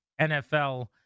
NFL